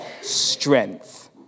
strength